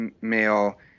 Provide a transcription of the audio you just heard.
male